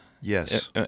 Yes